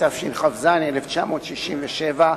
התשכ"ז 1967,